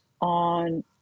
on